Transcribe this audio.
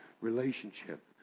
relationship